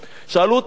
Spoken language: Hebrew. שאלו אותי אלף פעם: